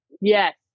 Yes